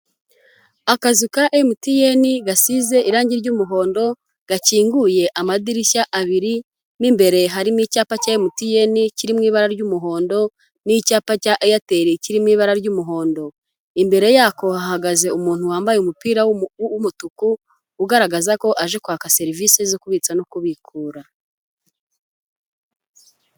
Akazu ka MTN gasize irange ry'umuhondo, gakinguye amadirishya abiri, mo imbere harimo icyapa cya MTN kiri mu ibara ry'umuhondo n'icyapa cya Airtel kiri mu ibara ry'umuhondo. Imbere yako hahagaze umuntu wambaye umupira w'umutuku, ugaragaza ko aje kwaka serivisi zo kubitsa no kubikura.